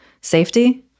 safety